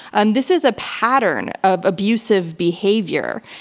and this is a pattern of abusive behavior,